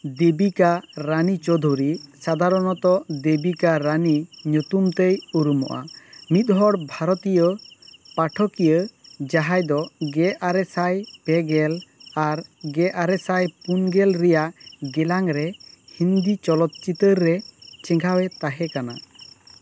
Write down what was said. ᱫᱮᱵᱤᱠᱟ ᱨᱟᱱᱤ ᱪᱳᱣᱫᱷᱚᱨᱤ ᱥᱟᱫᱷᱟᱨᱚᱱᱚᱛᱚ ᱫᱮᱵᱤᱠᱟ ᱨᱟᱱᱤ ᱧᱩᱛᱩᱢ ᱛᱮᱭ ᱩᱨᱩᱢᱚᱜᱼᱟ ᱢᱤᱫ ᱦᱚᱲ ᱵᱷᱟᱨᱚᱛᱤᱭᱚ ᱯᱟᱴᱷᱚᱠᱤᱭᱟᱹ ᱡᱟᱦᱟᱸᱭ ᱫᱚ ᱜᱮ ᱟᱨᱮ ᱥᱟᱭ ᱯᱮ ᱜᱮᱞ ᱟᱨ ᱜᱮ ᱟᱨᱮ ᱥᱟᱭ ᱯᱩᱱ ᱜᱮᱞ ᱨᱮᱭᱟᱜ ᱜᱮᱞᱟᱝ ᱨᱮ ᱦᱤᱱᱫᱤ ᱪᱚᱞᱚᱛ ᱪᱤᱛᱟᱹᱨ ᱨᱮ ᱪᱮᱸᱜᱷᱟᱣᱮ ᱛᱟᱦᱮᱸ ᱠᱟᱱᱟ